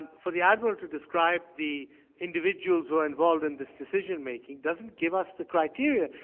and for the admiral to describe the individuals who are involved in this decision making doesn't give us the criteria.